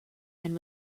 and